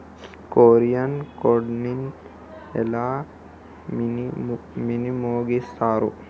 QR code ని ఎలా వినియోగిస్తారు?